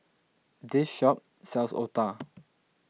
this shop sells Otah